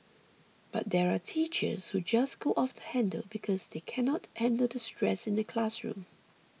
but there are teachers who just go off the handle because they can not handle the stress in the classroom